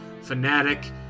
fanatic